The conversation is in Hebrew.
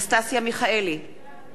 בעד אלכס מילר,